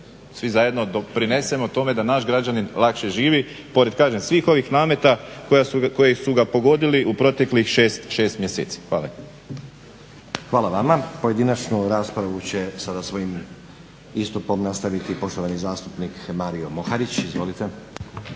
svi zajedno doprinesemo tome da naš građanin lakše živi pored kažem svih ovih nameta koji su ga pogodili u proteklih 6 mjeseci. Hvala. **Stazić, Nenad (SDP)** Hvala vama. Pojedinačnu raspravu će sada svojim istupom nastaviti poštovani zastupnik Mario Moharić. Izvolite.